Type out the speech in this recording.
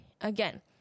again